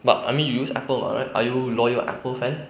but I mean you use apple [what] right are you loyal apple fan